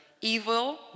Evil